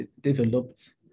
developed